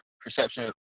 perception